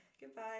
Goodbye